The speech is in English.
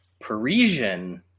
Parisian